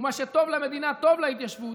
ומה שטוב למדינה טוב להתיישבות.